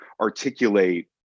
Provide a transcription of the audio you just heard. articulate